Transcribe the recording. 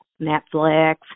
Netflix